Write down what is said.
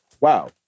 Wow